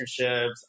internships